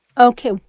Okay